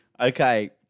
Okay